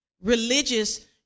Religious